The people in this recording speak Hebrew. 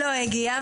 לא הגיעה,